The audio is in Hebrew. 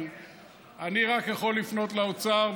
אני רק יכול לפנות לאוצר,